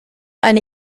eine